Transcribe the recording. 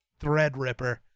Threadripper